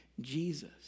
Jesus